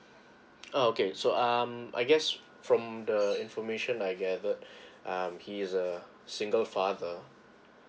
okay so um I guess from the information I gathered um he is a single father